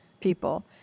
people